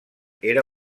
era